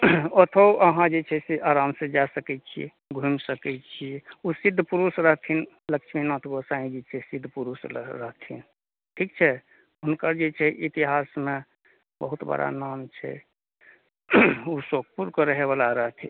ओतहु अहाँ जे छै से आराम सॅं जा सकै छी घुमि सकै छी ओ सिद्ध पुरुष रहथिन लक्ष्मी नाथ गोसाईं जी छै सिद्ध पुरुष रहथिन ठीक छै हुनकर जे छै इतिहास मे बहुत बरा नाम छै ओ सुखपुर के रहय वला रहथिन